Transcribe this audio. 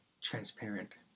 transparent